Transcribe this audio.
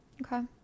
Okay